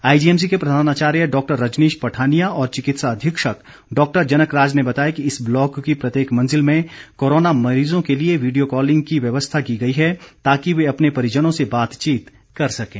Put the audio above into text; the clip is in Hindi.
आईजीएमसी के प्रधानाचार्य डॉक्टर रजनीश पठानिया और चिकित्सा अधीक्षक डॉक्टर जनक राज ने बताया कि इस ब्लॉक की प्रत्येक मंजिल में कोरोना मरीजों के लिए वीडियो कॉलिंग की व्यवस्था की गई है ताकि वे अपने परिजनों से बातचीत कर सकें